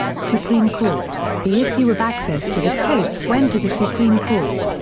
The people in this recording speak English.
supreme court the issue of access to the tapes went to the supreme court.